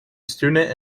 student